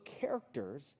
characters